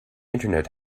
internet